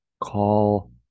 call